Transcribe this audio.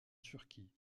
turquie